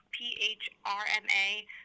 P-H-R-M-A